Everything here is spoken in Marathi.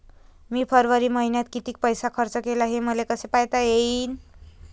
मी फरवरी मईन्यात कितीक पैसा खर्च केला, हे मले कसे पायता येईल?